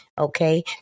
okay